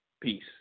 Peace